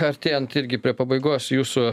artėjant irgi prie pabaigos jūsų